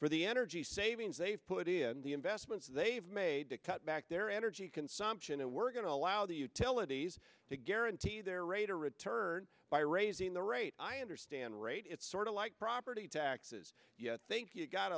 for the energy savings they've put in the investments they've made to cut back their energy consumption and we're going to allow the utilities to guarantee their rate of return by raising the rate i understand rate it's sort of like property taxes yet they've got